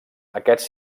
aquests